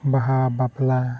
ᱵᱟᱦᱟ ᱵᱟᱯᱞᱟ